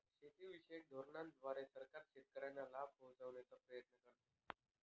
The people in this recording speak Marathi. शेतीविषयक धोरणांद्वारे सरकार शेतकऱ्यांना लाभ पोहचवण्याचा प्रयत्न करते